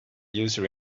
user